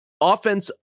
Offense